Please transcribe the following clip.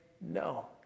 No